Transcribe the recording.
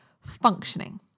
functioning